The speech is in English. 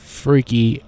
freaky